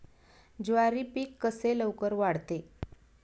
ज्वारी पीक कसे लवकर वाढते?